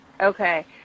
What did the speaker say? okay